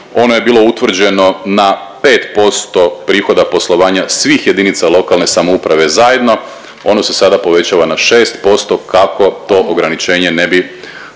Ono je bilo utvrđeno na 5% prihoda poslovanja svih JLS zajedno, ono se sada povećava na 6% kako to ograničenje ne bi